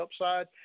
upside